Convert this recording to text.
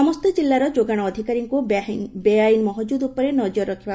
ସମସ୍ତ ଜିଲ୍ଲାର ଯୋଗାଣ ଅଧିକାରୀଙ୍କୁ ବେଆଇନ୍ ମହଜୁଦ ଉପରେ ନକର ରଖିବ